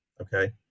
okay